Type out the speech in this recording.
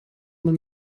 man